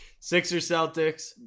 Sixers-Celtics